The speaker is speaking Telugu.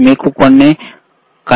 మీకు కొన్ని కనెక్టర్లు కావాలి కదా